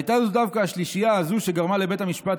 הייתה זו דווקא השלישייה הזו שגרמה לבית המשפט